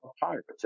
pirates